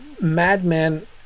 madman